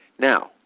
Now